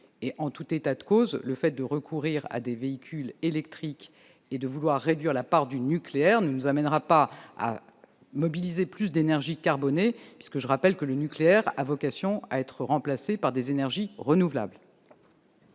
En tout état de cause, le fait de recourir à des véhicules électriques et de vouloir réduire la part du nucléaire ne nous amènera pas à mobiliser plus d'énergiescarbonées, le nucléaire ayant vocation à être remplacé par des énergies renouvelables.